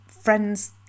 friends